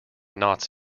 knots